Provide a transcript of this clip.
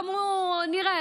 אמרו: נראה,